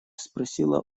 спросила